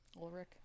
Ulrich